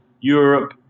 Europe